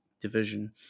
division